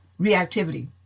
reactivity